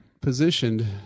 positioned